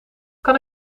kan